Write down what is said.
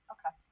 Okay